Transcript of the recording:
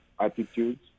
attitudes